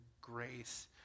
grace